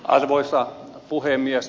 arvoisa puhemies